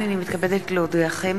הנני מתכבדת להודיעכם,